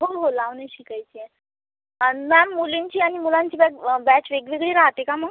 हो हो लावणी शिकायची आहे आणि मॅम मुलींची आणि मुलांची बॅच बॅच वेगवेगळी राहते का मग